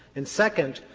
and second,